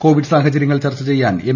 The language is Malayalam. കോവിഡ് സാഹചര്യങ്ങൾ ചർച്ച ചെയ്യാൻ എം